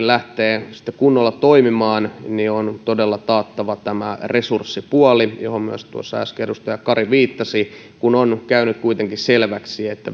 lähtee kunnolla toimimaan niin on taattava tämä resurssipuoli johon myös tuossa äsken edustaja kari viittasi kun on kuitenkin käynyt selväksi että